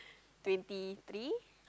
twenty three